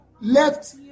left